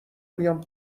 بیام